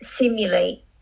simulate